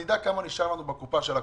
נדע כמה נשאר לנו בקופה של הקורונה.